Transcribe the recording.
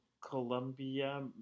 Colombia